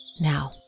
Now